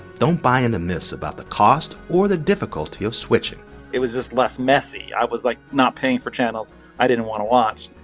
don't buy into myths about the cost or the difficulty of switching it was just less messy. i was, like, not paying for channels i didn't want to watch.